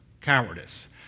cowardice